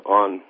on